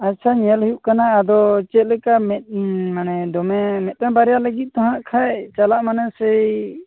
ᱟᱪᱪᱷᱟ ᱧᱮᱞ ᱦᱩᱭᱩᱜ ᱠᱟᱱᱟ ᱟᱫᱚ ᱪᱮᱫ ᱞᱮᱠᱟ ᱢᱮᱫᱽ ᱢᱟᱱᱮ ᱫᱚᱢᱮ ᱢᱤᱫᱴᱟᱝ ᱵᱟᱨᱭᱟ ᱞᱟᱹᱜᱤᱫ ᱛᱮᱸᱦᱟᱜ ᱠᱷᱟᱱ ᱪᱟᱞᱟᱜ ᱢᱮᱱᱮ ᱥᱮᱭ